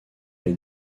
est